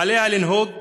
עליה לנהוג